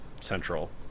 central